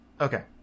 Okay